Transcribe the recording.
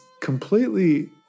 completely